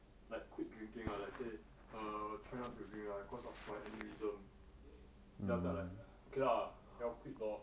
like quit drinking ah like say err try not to drink lah cause of my aneurysm then after like K lah 要 quit lor